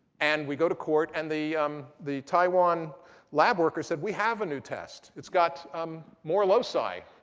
and we go to court and the um the taiwan lab worker said, we have a new test. it's got um more loci.